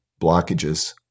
blockages